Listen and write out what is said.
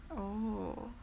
oh